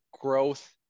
growth